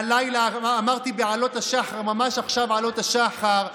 והלילה, אמרתי בעלות השחר, ממש עכשיו עלות השחר,